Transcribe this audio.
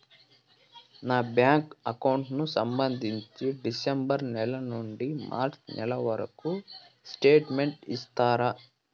నా bank account కు సంబంధించి డిసెంబరు నెల నుండి మార్చి నెలవరకు స్టేట్మెంట్ ఇస్తారా?